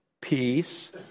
peace